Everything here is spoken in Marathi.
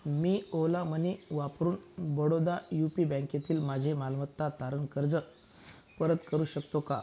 मी ओला मनी वापरून बडोदा युपी बँकेतील माझे मालमत्ता तारण कर्ज परत करू शकतो का